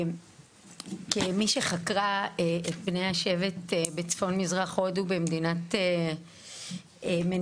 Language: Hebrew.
כמי שחקרה את בני השבט בצפון-מזרח הודו במדינת מניפור,